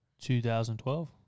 2012